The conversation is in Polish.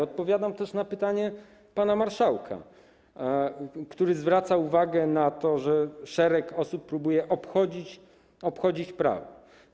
Odpowiadam też na pytanie pana marszałka, który zwracał uwagę na to, że szereg osób próbuje obchodzić prawo.